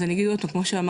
אז אני אגיד כמו שאמרתי,